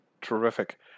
Terrific